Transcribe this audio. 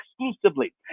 exclusively